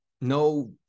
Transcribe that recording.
no